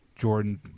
jordan